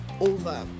over